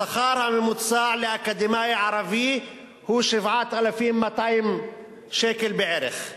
השכר הממוצע לאקדמאי ערבי הוא 7,200 שקל בערך,